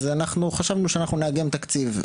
אז אנחנו חשבנו שאנחנו נאגם תקציב,